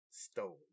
Stone